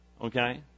Okay